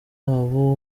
wabo